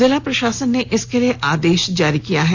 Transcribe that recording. जिला प्रशासन ने इसके लिए आदेश जारी कर दिए हैं